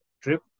trip